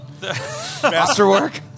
Masterwork